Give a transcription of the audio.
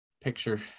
picture